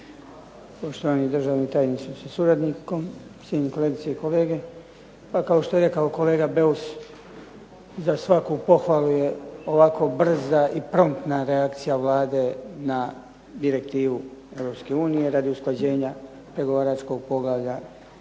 Poštovani državni tajniče sa suradnikom cijenjeni kolegice i kolege. Pa kao što je rekao kolega Beus za svaku pohvalu je ovako brza i promptna reakcija Vlade na direktivu EU radi usklađenja pregovaračkog poglavlja